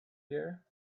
here